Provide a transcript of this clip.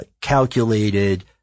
calculated